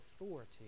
authority